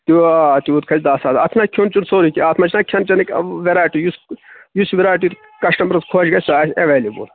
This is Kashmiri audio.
تیوٗ تیوٗت کھسہِ دہ ساس اَتھ چھُنہٕ کھیٚون چیٚون سورُے کیٚنہہ اَتھ منٛز چھٕنہٕ کھیٚن چھیٚنٕکۍ وٮ۪رایٹی یُس یُس وٮ۪رایٹی کَشٹَمَرَس خۄش گژھِ سۄ آسہِ اٮ۪ویلیبُل